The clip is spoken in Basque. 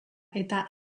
eta